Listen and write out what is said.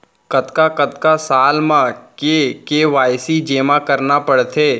कतका कतका साल म के के.वाई.सी जेमा करना पड़थे?